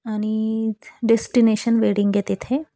आणि destination wedding आहे तिथे